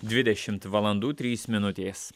dvidešimt valandų trys minutės